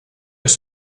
elle